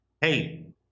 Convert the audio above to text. hey